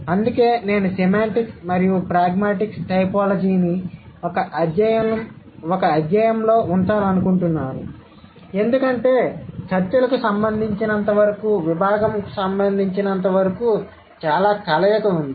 అందుకే నేను సెమాంటిక్స్ మరియు ప్రాగ్మాటిక్స్ టైపోలాజీని ఒక అధ్యాయంలో ఉంచాలనుకుంటున్నాను ఎందుకంటే చర్చలకు సంబంధించినంత వరకు విభాగంకు సంబంధించినంత వరకు చాలా కలయిక ఉంది